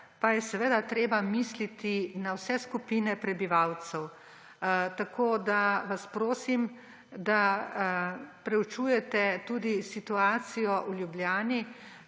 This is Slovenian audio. pa je treba misliti na vse skupine prebivalcev. Tako da vas prosim, da preučujete tudi situacijo v Ljubljani